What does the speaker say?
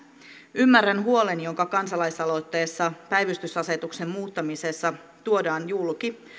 ymmärrän huolen joka kansalaisaloitteessa päivystysasetuksen muuttamisessa tuodaan julki